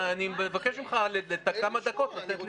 אני מבקש ממך כמה דקות לתת לי.